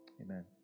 Amen